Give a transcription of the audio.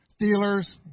Steelers